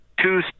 two